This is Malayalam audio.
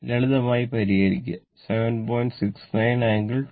ലളിതമായി പരിഹരിക്കുക 7